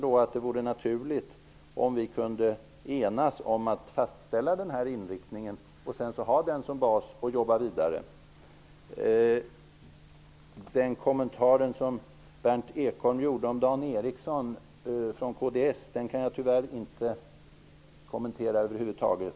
Det vore naturligt om vi kunde enas om en sådan inriktning och sedan ha den som bas och jobba vidare. Det som Berndt Ekholm sade om Dan Ericsson från kds kan jag tyvärr över huvud taget inte kommentera.